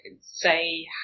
say